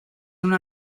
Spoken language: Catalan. una